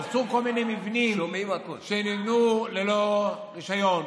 הרסו כל מיני מבנים שנבנו ללא רישיון,